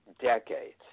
decades